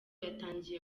yatangiye